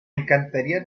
encantaría